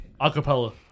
acapella